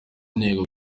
ntego